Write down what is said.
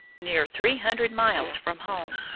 near three hundred miles from home,